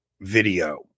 video